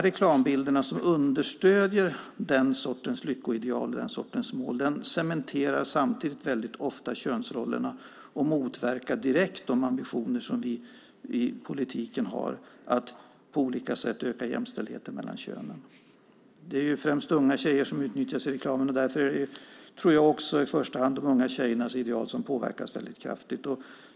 Reklambilderna understöder den sortens lyckoideal och mål, cementerar samtidigt väldigt ofta könsrollerna och motverkar direkt de ambitioner som vi i politiken har att på olika sätt öka jämställdheten mellan könen. Det är främst unga tjejer som utnyttjas i reklamen. Därför är det i första hand de unga tjejernas ideal som påverkas väldigt kraftigt.